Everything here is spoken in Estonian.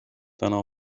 täna